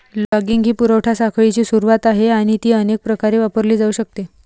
logging ही पुरवठा साखळीची सुरुवात आहे आणि ती अनेक प्रकारे वापरली जाऊ शकते